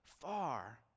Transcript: far